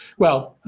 well,